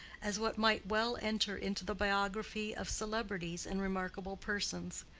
as what might well enter into the biography of celebrities and remarkable persons.